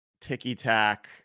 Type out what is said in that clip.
ticky-tack